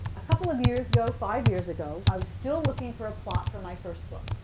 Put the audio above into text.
a couple of years ago, five years ago, i was still looking for a plot for my first book.